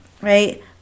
Right